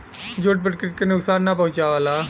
jute प्रकृति के नुकसान ना पहुंचावला